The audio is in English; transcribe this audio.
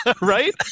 Right